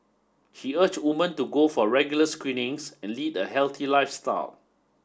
she urged women to go for regular screenings and lead a healthy lifestyle